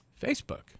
Facebook